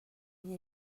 این